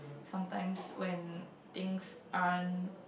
sometimes when things aren't